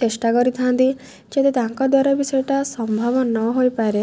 ଚେଷ୍ଟା କରିଥାନ୍ତି ଯଦି ତାଙ୍କ ଦ୍ୱାରା ବି ସେଇଟା ସମ୍ଭବ ନ ହୋଇପାରେ